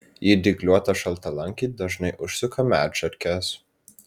į dygliuotą šaltalankį dažnai užsuka medšarkės